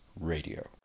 radio